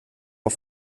auf